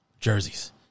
jerseys